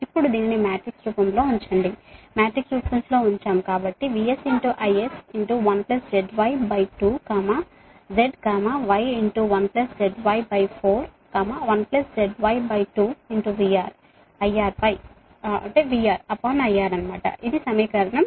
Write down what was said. ఇప్పుడు దీనిని మాత్రికా రూపం లో ఉంచండి కాబట్టి VS IS 1ZY2 Z Y 1ZY4 1ZY2 VR తర్వాత IR ఇది 18 వ సమీకరణం